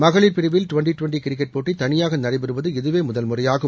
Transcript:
மகளிர் பிரிவில் twenty twenty cricket போட்டி தனியாக நடைபெறுவது இதுவே முதல் முறையாகும்